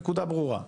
הנקודה ברורה.